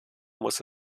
muss